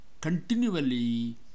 continually